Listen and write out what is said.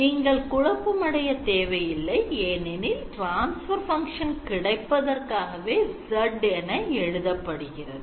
நீங்கள் குழப்பம் அடைய தேவை இல்லை ஏனெனில் transfer function கிடைப்பதற்காகவே z என எழுதப்படுகிறது